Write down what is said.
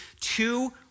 two